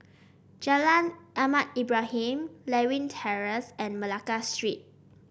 Jalan Ahmad Ibrahim Lewin Terrace and Malacca Street